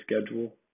schedule